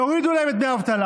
יורידו להם את דמי האבטלה,